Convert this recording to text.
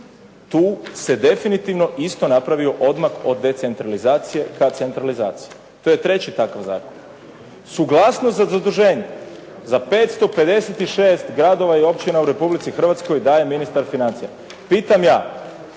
tu se definitivno isto napravio odmah od decentralizacije ka centralizaciji. To je treći takav zakon. Suglasnost za zaduženje za 556 gradova i općina u Republici Hrvatskoj daje ministar financija. Pitam ja,